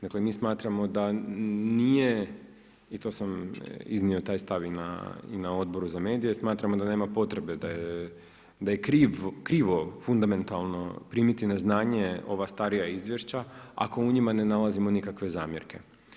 Dakle, mi smatramo da nije i to sam iznio taj stavi na Odboru za medije, smatramo da nema potrebe da je krivo fundamentalno primiti na znanje ova starija izvješća ako u njima ne nalazimo ikakve zamjerke.